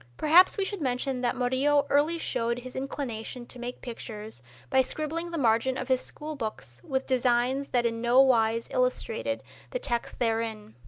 perhaps we should mention that murillo early showed his inclination to make pictures by scribbling the margin of his school books with designs that in no wise illustrated the text therein.